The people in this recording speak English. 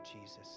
Jesus